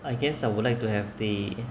I guess I would like to have the